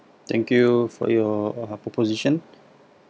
thank you for your uh proposition